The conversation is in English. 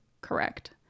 correct